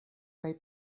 kaj